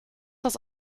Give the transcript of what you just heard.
das